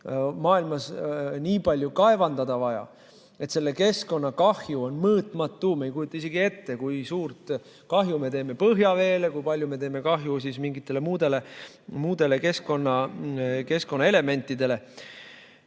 maailmas nii palju kaevandada vaja, et selle keskkonnakahju on mõõtmatu. Me ei kujuta isegi ette, kui suurt kahju me teeme põhjaveele, kui palju me teeme kahju mingitele muudele keskkonnaelementidele.